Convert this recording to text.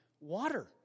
water